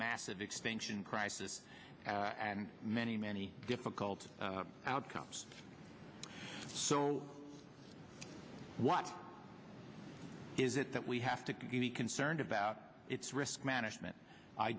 massive extinction crisis and many many difficult outcomes so what is it that we have to give the concerned about its risk management i